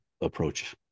approach